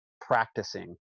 practicing